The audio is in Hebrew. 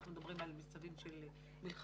אנחנו מדברים על מצבים של מלחמה,